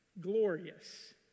glorious